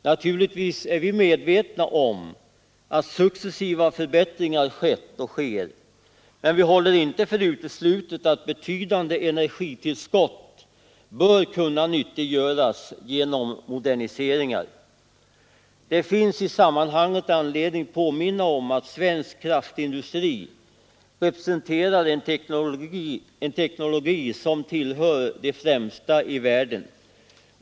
Naturligtvis är vi medvetna om att successiva förbättringar skett och sker, men vi håller inte för uteslutet att betydande energitillskott bör kunna nyttiggöras genom moderniseringar. Det finns i sammanhanget anledning påminna om att svensk kraftindustri representerar en teknologi som tillhör de främsta i världen.